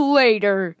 later